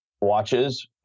watches